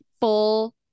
full